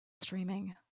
streaming